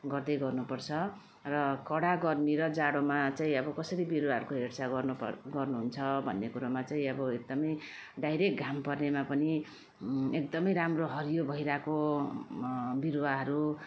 गर्दै गर्नु पर्छ र कडा गर्मी र जाडोमा चाहिँ अब कसरी बिरुवाहरूको हेरचाह गर्नु पर्ने गर्नु हुन्छ भन्ने कुरोमा चाहिँ अब एकदम डाइरेक्ट घाम पर्नेमा पनि एकदम राम्रो हरियो भइरहेको बिरुवाहरू